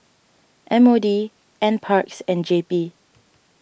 M O D N Parks and J P